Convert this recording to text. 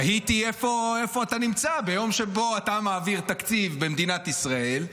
תהיתי איפה אתה נמצא ביום שבו אתה מעביר תקציב במדינת ישראל,